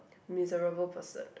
miserable person